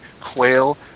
quail